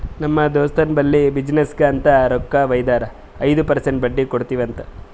ನಮ್ ದೋಸ್ತ್ ಬಲ್ಲಿ ಬಿಸಿನ್ನೆಸ್ಗ ಅಂತ್ ರೊಕ್ಕಾ ವೈದಾರ ಐಯ್ದ ಪರ್ಸೆಂಟ್ ಬಡ್ಡಿ ಕೊಡ್ತಿವಿ ಅಂತ್